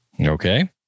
Okay